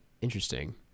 interesting